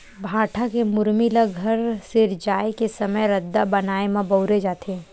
भाठा के मुरमी ल घर सिरजाए के समे रद्दा बनाए म बउरे जाथे